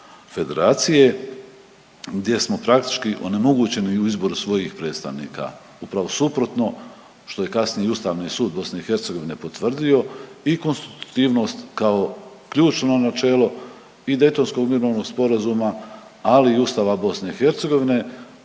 Federacije gdje smo praktički onemogućeni u izboru svojih predstavnika, upravo suprotno što je kasnije i Ustavni sud BiH potvrdio i konstitutivnost kao ključno načelo i Daytonskog mirovnog sporazuma, ali i Ustava RH